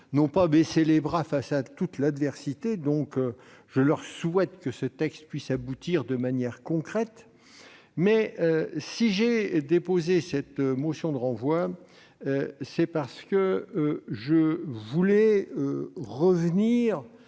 n'ont pas baissé les bras devant l'adversité, et je leur souhaite que ce texte puisse aboutir de manière concrète. Si j'ai déposé cette motion, c'est parce que je voulais revenir